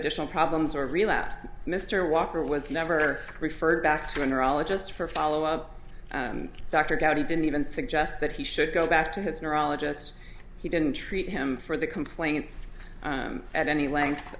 additional problems or a relapse mr walker was never referred back to a neurologist for follow up dr gaddy didn't even suggest that he should go back to his neurologist he didn't treat him for the complaints at any length